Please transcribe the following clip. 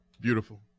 Beautiful